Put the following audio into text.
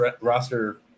roster